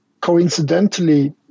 coincidentally